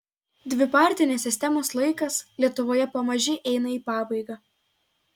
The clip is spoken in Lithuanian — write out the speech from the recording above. dvipartinės sistemos laikas lietuvoje pamaži eina į pabaigą